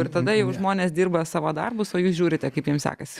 ir tada jau žmonės dirba savo darbus o jūs žiūrite kaip jiems sekasi